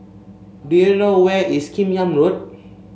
do you know where is Kim Yam Road